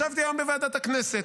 ישבתי היום בוועדת הכנסת,